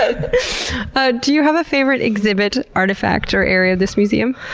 ah ah do you have a favorite exhibit, artifact or area of this museum?